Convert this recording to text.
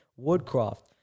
Woodcroft